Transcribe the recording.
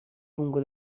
lungo